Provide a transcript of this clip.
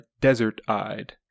desert-eyed